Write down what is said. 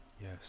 Yes